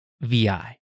Vi